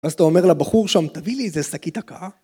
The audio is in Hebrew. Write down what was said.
אז אתה אומר לבחור שם תביא לי איזה שקית הקאה?